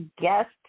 guest